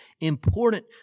important